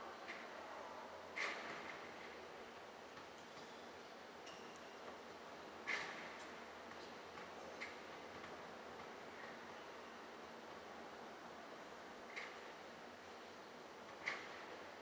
oh